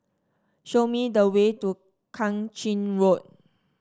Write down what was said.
show me the way to Kang Ching Road